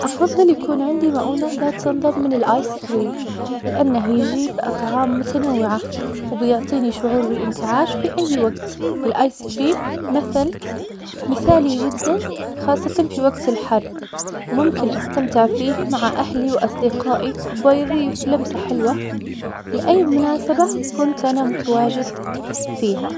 أفضل يكون عندي مؤنة لا تنضب من الآيس كريم, لأنه يجيب أطعام متنوعة, وبيعطيني شعور بالإنتعاش في أي وقت, الآيس كريم مثل - مثالي جدا خاصة في وقت الحر, وممكن أستمتع فيه مع أهلي وأصدقائي, وبيضيف لمسة حلوة لأي مناسبة كنت أنا متواجد فيها.